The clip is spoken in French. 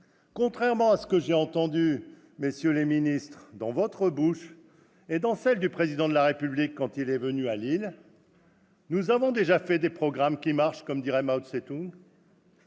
Contrairement à ce que j'ai entendu dans votre bouche et dans celle du Président de la République quand il est venu à Lille, nous avons déjà élaboré des projets qui marchent, comme dirait Mao Tsé-Toung,